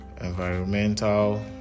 environmental